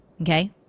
Okay